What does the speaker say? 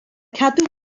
cadw